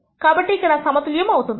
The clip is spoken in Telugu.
కాబట్టి ఇక్కడ సమతుల్యం అవుతుంది